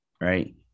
right